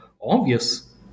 obvious